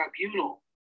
tribunal